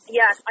yes